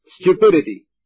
stupidity